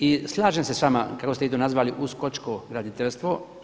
I slažem se sa vama kako ste vi to nazvali uskočko graditeljstvo.